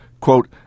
quote